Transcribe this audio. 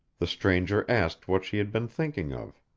the stranger asked what she had been thinking of.